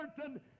certain